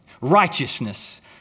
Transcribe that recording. righteousness